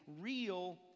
real